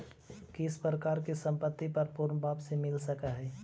किस प्रकार की संपत्ति पर पूर्ण वापसी मिल सकअ हई